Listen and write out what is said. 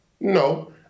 No